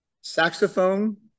saxophone